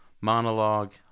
monologue